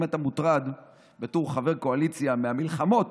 אם אתה מוטרד בתור חבר קואליציה, המלחמות